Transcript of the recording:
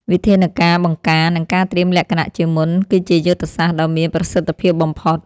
វិធានការបង្ការ និងការត្រៀមលក្ខណៈជាមុន គឺជាយុទ្ធសាស្ត្រដ៏មានប្រសិទ្ធភាពបំផុត។